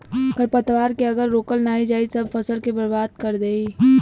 खरपतवार के अगर रोकल नाही जाई सब फसल के बर्बाद कर देई